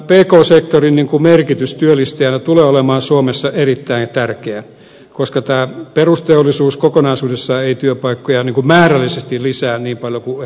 pk sektorin merkitys työllistäjänä tulee olemaan suomessa erittäin tärkeä koska perusteollisuus kokonaisuudessaan ei lisää työpaikkoja määrällisesti niin paljon kuin ehkä toivotaan